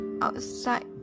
outside